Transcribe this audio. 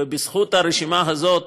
בזכות הרשימה הזאת